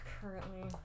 currently